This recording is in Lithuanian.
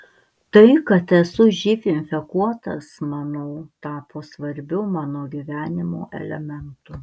tai kad esu živ infekuotas manau tapo svarbiu mano gyvenimo elementu